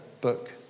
book